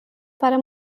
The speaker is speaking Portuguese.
para